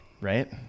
right